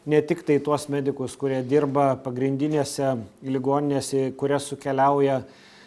ne tiktai tuos medikus kurie dirba pagrindinėse ligoninėse į kurias nukeliauja